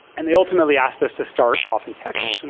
and they ultimately asked us to start off in texas. and